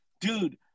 Dude